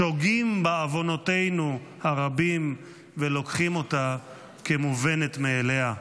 שוגים בעוונותינו הרבים ולוקחים אותה כמובנת מאליה,